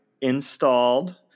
installed